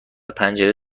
پنجره